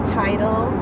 title